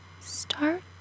Start